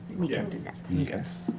we can do that.